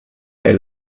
they